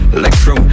electro